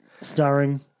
Starring